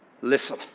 listen